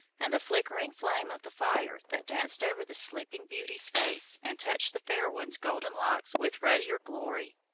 and the flickering flame of the fire, that danced over the sleeping beauty's face, and touched the fair one's golden locks with ruddier glory.